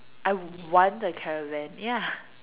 I want a caravan ya